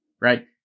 right